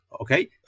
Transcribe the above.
Okay